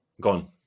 gone